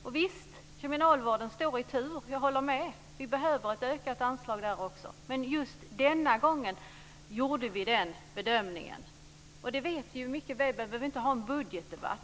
Visst står kriminalvården på tur. Jag håller med. Man behöver ett ökat anslag där också. Men just denna gång gjorde vi den här bedömningen. Det vet ni mycket väl. Vi behöver inte ha en budgetdebatt.